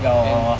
and